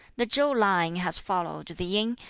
the chow line has followed the yin,